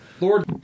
Lord